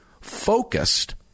focused